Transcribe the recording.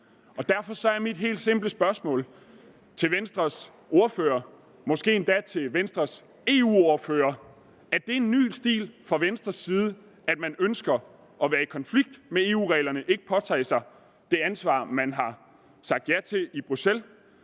Derfor er mit helt simple spørgsmål til Venstres ordfører, og måske endda til Venstres EU-ordfører: Er det en ny stil fra Venstres side, at man ønsker at være i konflikt med EU-reglerne og ikke ønsker at påtage sig det ansvar, man har sagt ja til i Bruxelles?